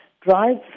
drive